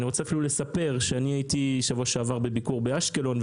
ואני רוצה לספר שהייתי שבוע שעבר בביקור באשקלון,